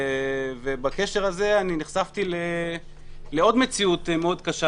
ובקשר הזה נחשפתי לעוד מציאות מאוד קשה.